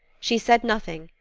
she said nothing,